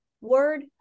word